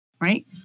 right